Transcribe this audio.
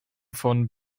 von